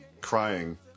crying